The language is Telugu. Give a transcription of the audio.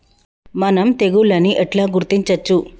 మనం తెగుళ్లను ఎట్లా గుర్తించచ్చు?